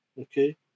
okay